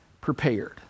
prepared